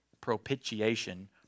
propitiation